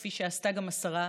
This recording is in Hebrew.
כפי שעשתה גם השרה,